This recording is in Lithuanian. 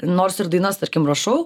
nors ir dainas tarkim rašau